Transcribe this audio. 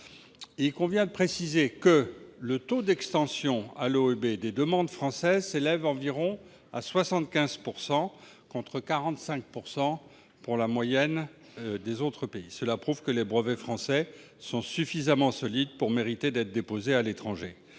Il convient de préciser que le taux d'extension des demandes françaises par l'OEB s'élève à environ 75 %, contre 45 % en moyenne pour les autres pays. Cela prouve que les brevets français sont suffisamment solides pour mériter d'être déposés à l'étranger.